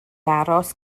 aros